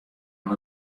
oan